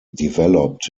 developed